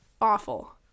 awful